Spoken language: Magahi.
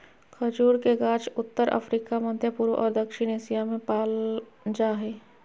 खजूर के गाछ उत्तर अफ्रिका, मध्यपूर्व और दक्षिण एशिया में पाल जा हइ